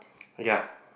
ya